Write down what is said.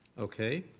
okay.